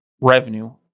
revenue